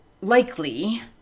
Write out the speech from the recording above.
likely